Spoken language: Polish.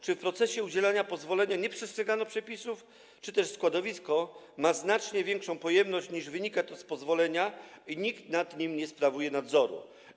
Czy w procesie udzielania pozwolenia nie przestrzegano przepisów, czy też składowisko ma znacznie większą pojemność niż wynika to z pozwolenia i nikt nad nim nie sprawuje nadzoru?